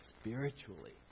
spiritually